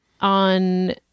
On